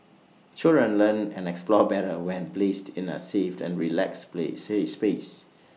children learn and explore better when placed in A safe and relaxed place say space